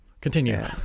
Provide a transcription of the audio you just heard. Continue